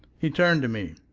he turned to me.